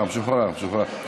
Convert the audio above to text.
משוחרר, משוחרר, משוחרר.